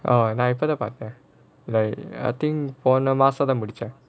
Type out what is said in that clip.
நான் இப்போதான் பாத்தேன்:naan ipothaan paathaen like I think போன மாசம் தான் முடிச்சேன்:pona maasam thaan mudichaen